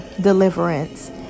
deliverance